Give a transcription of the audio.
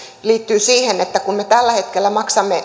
liittyy siihen että kun me tällä hetkellä maksamme